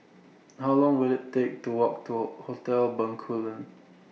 How Long Will IT Take to Walk to Hotel Bencoolen